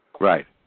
Right